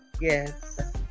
Yes